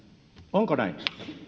onko näin